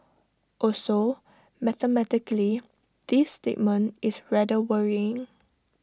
also mathematically this statement is rather worrying